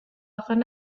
akan